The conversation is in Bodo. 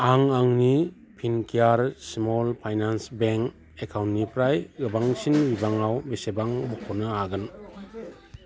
आं आंनि फिनकेयार स्मल फाइनान्स बेंक एकाउन्टनिफ्राय गोबांसिन बिबाङाव बेसेबां बख'नो हागोन